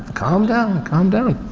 calm down, calm down.